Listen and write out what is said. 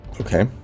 okay